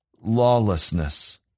lawlessness